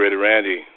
Randy